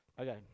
Okay